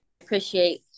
appreciate